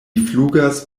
flugas